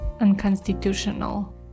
unconstitutional